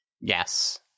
Yes